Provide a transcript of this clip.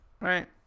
Right